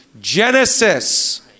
Genesis